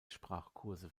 sprachkurse